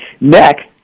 Next